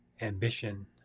ambition